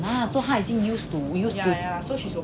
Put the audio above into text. ah so 他已经 used to